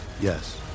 Yes